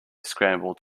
scrambled